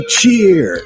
cheer